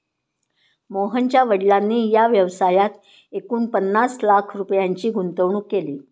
मोहनच्या वडिलांनी या व्यवसायात एकूण पन्नास लाख रुपयांची गुंतवणूक केली